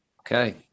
Okay